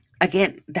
again